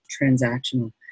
transactional